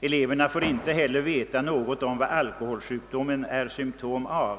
Eleverna får inte heller veta något om vad alkoholsjukdomen är symptom på.